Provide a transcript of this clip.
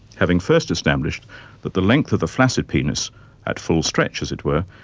having first established that the length of the flaccid penis at full stretch, as it were,